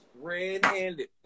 Red-handed